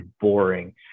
boring